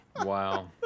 Wow